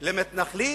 למתנחלים,